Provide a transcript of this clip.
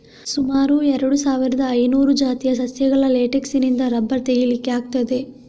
ಸುಮಾರು ಎರಡು ಸಾವಿರದ ಐನೂರು ಜಾತಿಯ ಸಸ್ಯಗಳ ಲೇಟೆಕ್ಸಿನಿಂದ ರಬ್ಬರ್ ತೆಗೀಲಿಕ್ಕೆ ಆಗ್ತದೆ